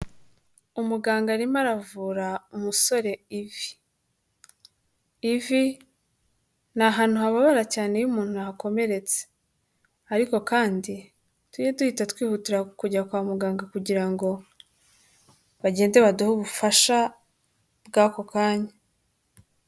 Umuganga arimo aravura umusore ivi. Ivi ni ahantu hababara cyane iyo umuntu ahakomeretse ariko kandi tujye duhita twihutira kujya kwa muganga kugira ngo bagende baduhe ubufasha bw'ako kanya.